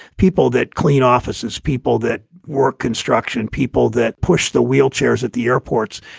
people that clean offices, people that work construction. people that push the wheelchairs at the airports.